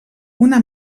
una